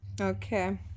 Okay